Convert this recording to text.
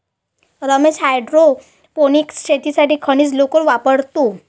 Ramesh hydroponics शेतीसाठी खनिज लोकर वापरतो